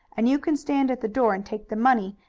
and you can stand at the door and take the money,